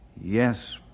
Yes